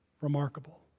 Remarkable